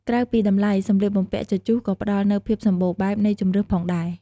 ក្រៅពីតម្លៃ សម្លៀកបំពាក់ជជុះក៏ផ្ដល់នូវភាពសម្បូរបែបនៃជម្រើសផងដែរ។